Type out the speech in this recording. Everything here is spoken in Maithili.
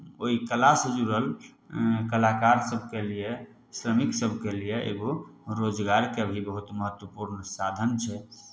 ओहि कलासँ जुड़ल कलाकार सभके लिए श्रमिक सभके लिए एगो रोजगारके भी बहुत महत्वपूर्ण साधन छै